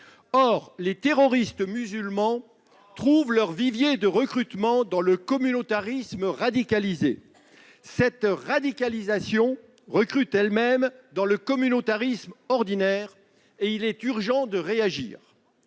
Or les terroristes musulmans trouvent leur vivier de recrutement dans le communautarisme radicalisé. Cette radicalisation recrute elle-même dans le communautarisme ordinaire. Il est urgent de réagir.